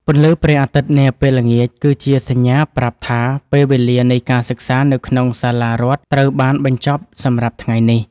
ពន្លឺព្រះអាទិត្យនាពេលល្ងាចគឺជាសញ្ញាប្រាប់ថាពេលវេលានៃការសិក្សានៅក្នុងសាលារដ្ឋត្រូវបានបញ្ចប់សម្រាប់ថ្ងៃនេះ។